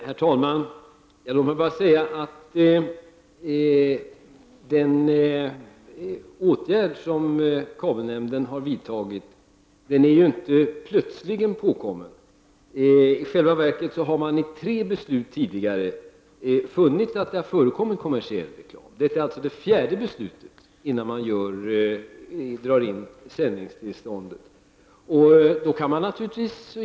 Herr talman! Låt mig bara säga att den åtgärd som kabelnämnden har vidtagit ju inte är plötsligen påkommen. I själva verket har man i tre beslut tidigare funnit att det har förekommit kommersiell reklam i sändningarna. Det har fattats fyra olika beslut innan man har dragit in sändningstillståndet.